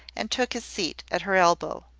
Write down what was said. and took his seat at her elbow.